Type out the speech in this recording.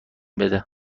بده